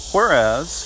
Whereas